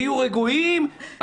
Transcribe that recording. תהיו רגועים.